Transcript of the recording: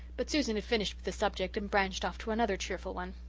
but susan had finished with the subject and branched off to another cheerful one.